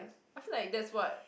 I feel like that's what